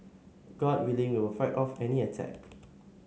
god willing we will fight off any attack